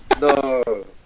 no